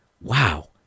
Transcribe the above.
wow